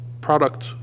product